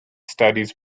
studies